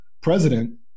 president